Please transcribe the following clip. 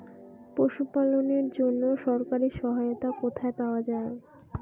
পশু পালনের জন্য সরকারি সহায়তা কোথায় পাওয়া যায়?